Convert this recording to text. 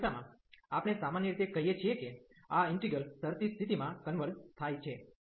તે કિસ્સામાં આપણે સામાન્ય રીતે કહીએ છીએ કે આ ઈન્ટિગ્રલ શરતી સ્થિતિમાં કન્વર્ઝ થાય છે